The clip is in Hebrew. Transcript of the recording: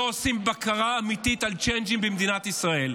לא עושים בקרה אמיתית על צ'יינג'ים במדינת ישראל.